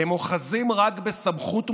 הם אוחזים רק בסמכות מוגבלת,